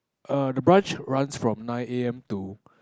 err the branch runs from nine a_m to